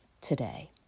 today